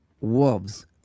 wolves